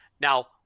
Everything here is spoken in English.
Now